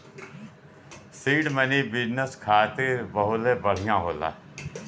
seed money business खातिर बहुते बढ़िया होला